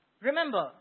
Remember